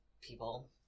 people